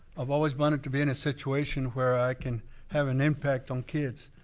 i've always wanted to be in a situation where i can have an impact on kids.